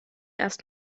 erst